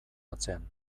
atzean